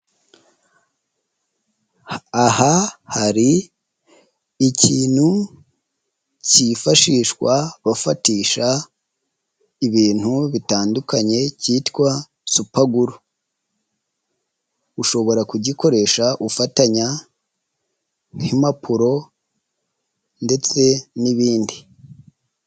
Aha hari ikintu kifashishwa bafatisha ibintu bitandukanye kitwa supaguru. Ushobora kugikoresha ufatanya nk'impapuro ndetse n'ibindi.